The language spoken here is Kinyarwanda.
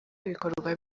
bikorwa